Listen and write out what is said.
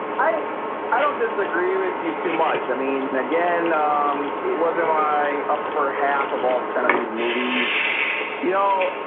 i i don't disagree with you too much. i mean again um it wasn't my upper half of all ten of these movies you know,